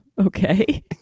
Okay